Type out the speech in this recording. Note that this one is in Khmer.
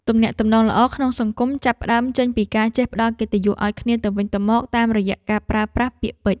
ទំនាក់ទំនងល្អក្នុងសង្គមចាប់ផ្តើមចេញពីការចេះផ្ដល់កិត្តិយសឱ្យគ្នាទៅវិញទៅមកតាមរយៈការប្រើប្រាស់ពាក្យពេចន៍។